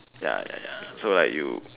ya ya ya so like you